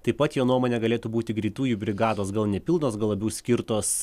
taip pat jo nuomone galėtų būti greitųjų brigados gal ne pilnos gal labiau skirtos